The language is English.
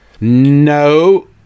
No